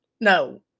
No